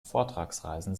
vortragsreisen